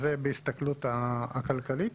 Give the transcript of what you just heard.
אז זה בהסתכלות הכלכלית.